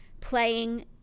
playing